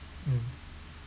mm